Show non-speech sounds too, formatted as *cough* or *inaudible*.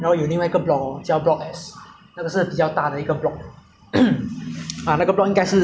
*coughs* ah 那个 block 应该是 joseph 去的 block 应为那个是全部 engineering 的